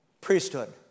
priesthood